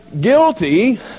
guilty